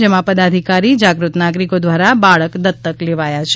જેમાં પદાધિકારી જાગૃત નાગરિકો દ્વારા બાળક દત્તક લેવાયા છે